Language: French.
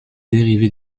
dérivé